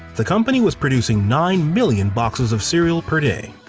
the company was producing nine million boxes of cereal per day.